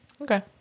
okay